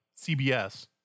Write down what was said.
CBS